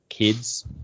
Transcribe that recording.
Kids